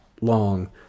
long